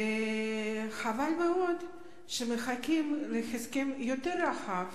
וחבל מאוד שמחכים להסכם יותר רחב,